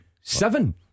Seven